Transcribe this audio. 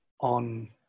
on